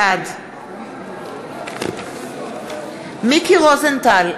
בעד מיקי רוזנטל,